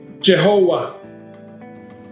Jehovah